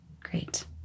Great